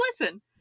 listen